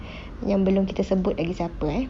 yang belum kita sebut lagi siapa